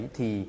Thì